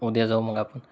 उद्या जाऊ मग आपण